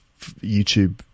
YouTube